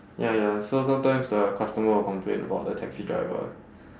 ya ya so sometimes the customer will complain about the taxi driver